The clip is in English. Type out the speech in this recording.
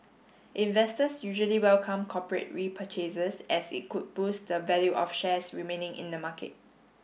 investors usually welcome corporate repurchases as it could boost the value of shares remaining in the market